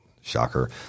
Shocker